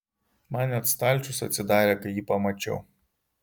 man net stalčius atsidarė kai jį pamačiau